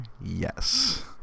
yes